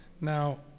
Now